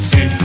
See